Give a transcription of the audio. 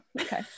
okay